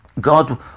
God